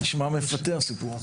נשמע מפתה הסיפור הזה.